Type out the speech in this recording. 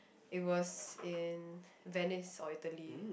it was in Venice or Italy